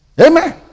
Amen